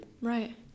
right